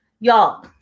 Y'all